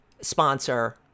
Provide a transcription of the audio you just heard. sponsor